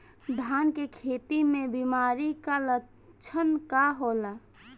धान के खेती में बिमारी का लक्षण का होला?